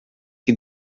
que